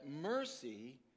mercy